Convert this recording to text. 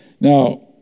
Now